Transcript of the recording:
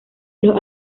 los